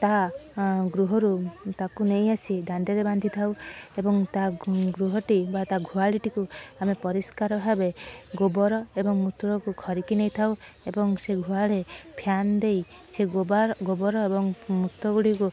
ତାହା ଗୃହରୁ ତାକୁ ନେଇ ଆସି ଦାଣ୍ଡରେ ବାନ୍ଧି ଥାଉ ଏବଂ ତା ଗୁ ଗୃହଟି ବା ତା ଘୁଆଳଟିକୁ ଆମେ ପରିଷ୍କାର ଭାବେ ଗୋବର ଏବଂ ମୂତ୍ରକୁ ଧରିକି ନେଇଥାଉ ଏବଂ ସେ ଗୂହାଳରେ ଫ୍ୟାନ୍ ଦେଇ ସେ ଗୋବର ଗୋବର ଏବଂ ମୂତଗୁଡ଼ିକୁ